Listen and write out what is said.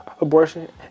abortion